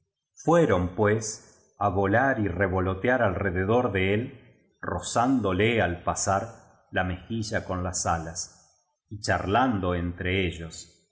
fueron pues á volar y revolotear alrededor de él rozán dole al pasar la mejilla con las alas y charlando entre ellos